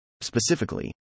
Specifically